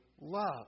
love